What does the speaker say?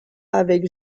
avec